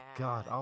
god